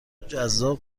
جذاب